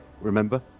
remember